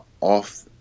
off